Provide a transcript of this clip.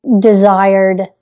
desired